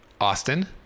Austin